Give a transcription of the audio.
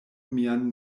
mian